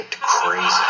crazy